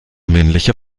männlicher